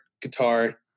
guitar